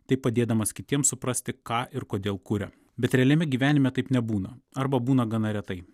taip padėdamas kitiems suprasti ką ir kodėl kuria bet realiame gyvenime taip nebūna arba būna gana retai